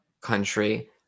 country